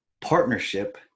partnership